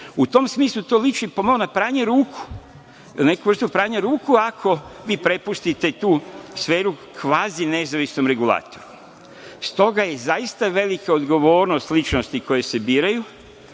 tom smislu, to liči pomalo na pranje ruku, ako vi prepustite tu sferu kvazi nezavisnom regulatoru. Stoga, je zaista velika odgovornost ličnosti koje se biraju